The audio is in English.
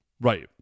Right